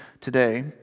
today